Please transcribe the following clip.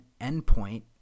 endpoint